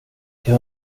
till